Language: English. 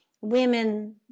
women